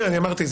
אני אמרתי,